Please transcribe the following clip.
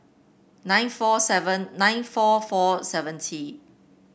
nine four seven nine four four seventy